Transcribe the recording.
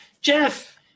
Jeff